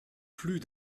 plus